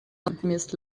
alchemist